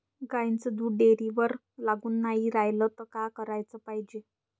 गाईचं दूध डेअरीवर लागून नाई रायलं त का कराच पायजे?